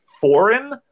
foreign